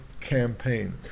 campaign